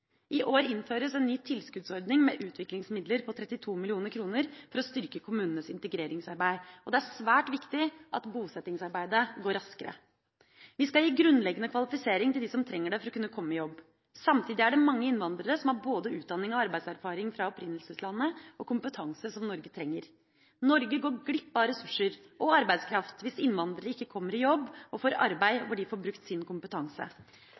I år innføres en ny tilskuddsordning med utviklingsmidler på 32 mill. kr for å styrke kommunenes integreringsarbeid. Det er svært viktig at bosettingsarbeidet går raskere. Vi skal gi grunnleggende kvalifisering til dem som trenger det for å kunne komme i jobb. Samtidig er det mange innvandrere som har både utdanning og arbeidserfaring fra opprinnelseslandet, og kompetanse som Norge trenger. Norge går glipp av ressurser og arbeidskraft hvis innvandrere ikke kommer i jobb og får arbeid hvor de får brukt sin kompetanse.